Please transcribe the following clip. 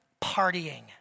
Partying